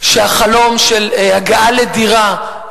שהחלום של הגעה לדירה,